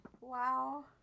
Wow